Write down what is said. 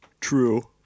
True